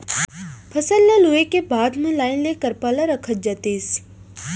फसल ल लूए के बाद म लाइन ले करपा ल रखत जातिस